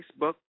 Facebook